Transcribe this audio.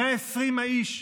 120 האיש,